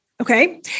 Okay